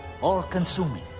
All-consuming